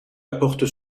apporte